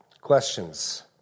Questions